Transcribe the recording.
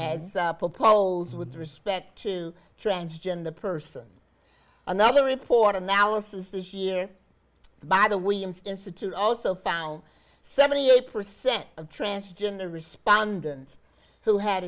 polls with respect to transgender person another report analysis this year by the williams institute also found seventy eight percent of transgender respondents who had